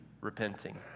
repenting